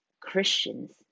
Christians